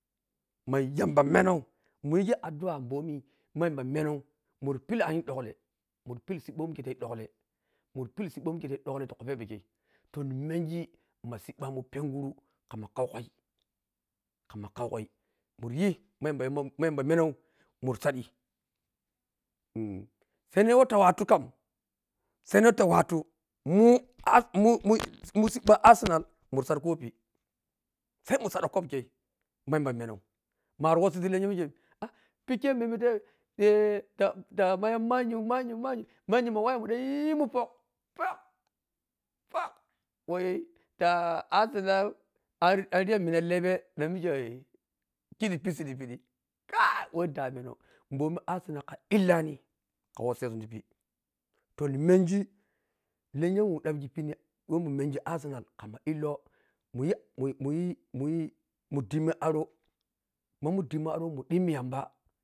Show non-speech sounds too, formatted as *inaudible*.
Ma yamba menou munyigi aɗɗ’ua mɓomi ma yamba menou muri pilli anyi dulle muri pili siɓɓa who mike tayi dulle muri pili siɓɓa who mike sulle tiku pebekei kama kaukui, kamma kaukui muryi ma yamba yima ma yamba menou mur said dene whe ta watu kam sene whe ta watu *noise* mu siɓɓa arsenal mur saɗi kopi sai u saɗo cup kei ma yamba menou mari wassi ti lenya mikei ah, pikkei memme ta manyu, manyu, manyi manyu mmanni ma wawemun van yimun phhok, phok, phok, wai ta arsenal ar anriyamina lebe dan mike kidi pisi ti piɗi kai whei ɗameno mɓomi arsenal ka illani ka wassezun tipi toh ni mengi lenya whe ɗaɓgi pino who munmengi arseal ma illo mamu dimmi aro, mamu ɗimmi aro mu dimmi yamba.